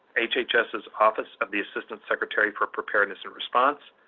hhs's office of the assistant secretary for preparedness and response,